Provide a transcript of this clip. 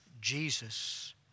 jesus